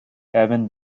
evan